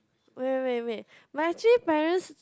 wait wait wait but actually parents